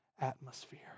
atmosphere